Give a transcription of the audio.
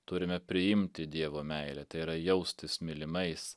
turime priimti dievo meilę tai yra jaustis mylimais